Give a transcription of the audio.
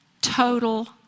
total